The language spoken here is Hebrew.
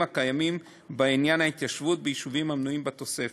הקיימים בעניין ההתיישבות ביישובים המנויים בתוספת.